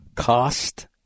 Cost